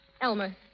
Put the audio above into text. Elmer